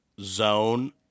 zone